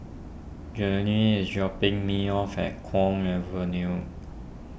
Journey is dropping me off at Kwong Avenue